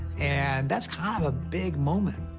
and that's kind of a big moment.